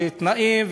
ותנאים,